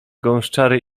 gąszczary